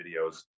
videos